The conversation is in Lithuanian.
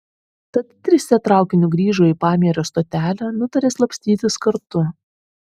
tad trise traukiniu grįžo į pamierio stotelę nutarė slapstytis kartu